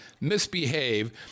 misbehave